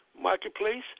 Marketplace